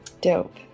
Dope